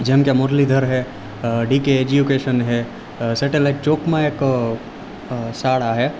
જેમકે મુરલીધર છે DK education છે સેટેલાઈટ ચોકમાં એક શાળા છે